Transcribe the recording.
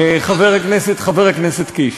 חבר הכנסת קיש.